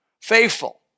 faithful